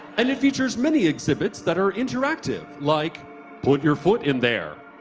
and it features many exhibits that are interactive like put your foot in there.